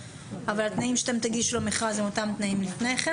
אבל התנאים שאתם תגישו למכרז הם אותם תנאים לפני כן,